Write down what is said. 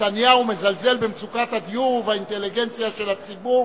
נתניהו מזלזל במצוקת הדיור ובאינטליגנציה של הציבור,